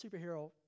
superhero